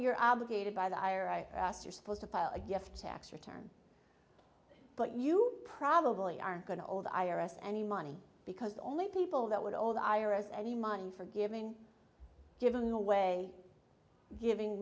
you're obligated by the ira i asked you're supposed to file a gift tax return but you probably aren't going to old i r s any money because the only people that would old iras any money for giving giving away giving